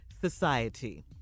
society